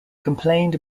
complained